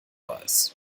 weiß